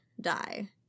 die